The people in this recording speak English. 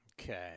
Okay